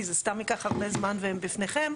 כי זה סתם ייקח הרבה זמן והם בפניכם,